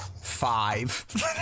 five